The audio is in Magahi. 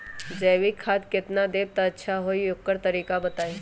जैविक खाद केतना देब त अच्छा होइ ओकर तरीका बताई?